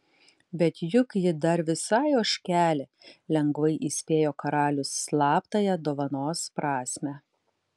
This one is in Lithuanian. bet juk ji dar visai ožkelė lengvai įspėjo karalius slaptąją dovanos prasmę